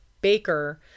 baker